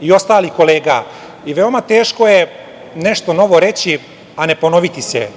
i ostalih kolega. Veoma je teško nešto novo reći, a ne ponoviti se.